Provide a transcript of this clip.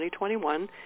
2021